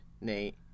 Nate